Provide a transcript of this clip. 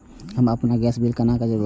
हम आपन गैस के बिल केना जमा करबे?